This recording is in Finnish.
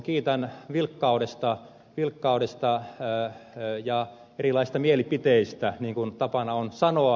kiitän vilkkaudesta ja erilaisista mielipiteistä niin kuin tapana on sanoa